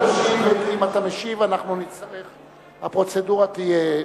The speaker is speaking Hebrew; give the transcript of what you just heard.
אם אתה משיב, הפרוצדורה תהיה אחרת.